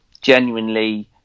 genuinely